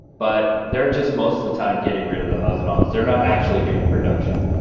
but they're just, most of the time, getting rid of the uhs and ahs. they're not actually doing production.